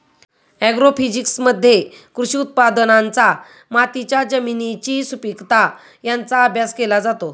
ॲग्रोफिजिक्समध्ये कृषी उत्पादनांचा मातीच्या जमिनीची सुपीकता यांचा अभ्यास केला जातो